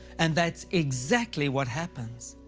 and that's exactly what happens.